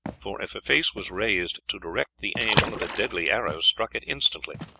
for if a face was raised to direct the aim one of the deadly arrows struck it instantly.